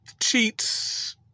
cheats